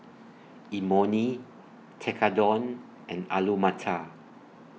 Imoni Tekkadon and Alu Matar